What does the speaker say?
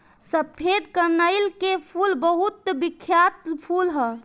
सफेद कनईल के फूल बहुत बिख्यात फूल ह